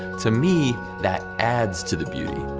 to me, that adds to the beauty.